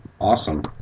awesome